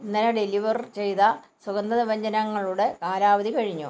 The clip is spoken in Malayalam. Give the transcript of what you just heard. ഇന്നലെ ഡെലിവർ ചെയ്ത സുഗന്ധ വ്യഞ്ജനങ്ങളുടെ കാലാവധി കഴിഞ്ഞു